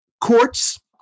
courts